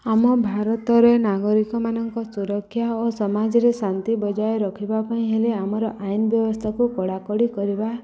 ଆମ ଭାରତରେ ନାଗରିକମାନଙ୍କ ସୁରକ୍ଷା ଓ ସମାଜରେ ଶାନ୍ତି ବଜାୟଏ ରଖିବା ପାଇଁ ହେଲେ ଆମର ଆଇନ ବ୍ୟବସ୍ଥାକୁ କଡ଼ାକଡ଼ି କରିବା